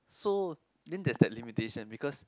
so then there's that limitation because